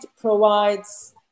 provides